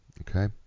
okay